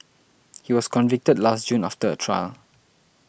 he was convicted last June after a trial